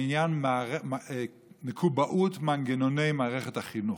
בעניין מקובעות מנגנוני מערכת החינוך.